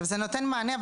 זה נותן מענה,